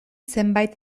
zenbait